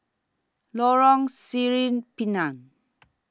Lorong Sireh Pinang